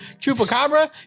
Chupacabra